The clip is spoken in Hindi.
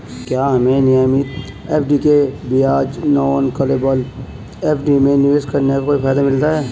क्या हमें नियमित एफ.डी के बजाय नॉन कॉलेबल एफ.डी में निवेश करने का कोई फायदा मिलता है?